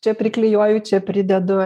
čia priklijuoju čia pridedu